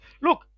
look